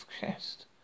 chest